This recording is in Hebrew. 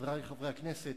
חברי חברי הכנסת,